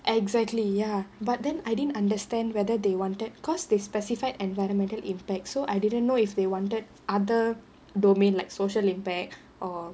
exactly ya but then I didn't understand whether they wanted because they specified environmental impact so I didn't know if they wanted other domain like social impact or